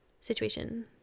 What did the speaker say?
situation